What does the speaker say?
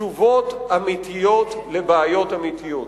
תשובות אמיתיות לבעיות אמיתיות.